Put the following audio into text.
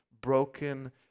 broken